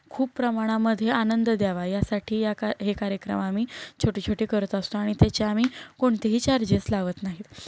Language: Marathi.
खूप प्रमाणामध्ये आनंद द्यावा यासाठी या का हे कार्यक्रम आम्ही छोटे छोटे करत असतो आणि त्याचे आम्ही कोणतेही चार्जेस लावत नाही